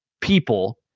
people